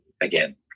again